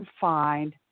find